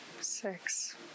Six